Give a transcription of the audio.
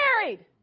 married